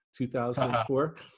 2004